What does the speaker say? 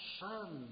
sun